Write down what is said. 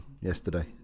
yesterday